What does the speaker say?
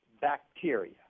bacteria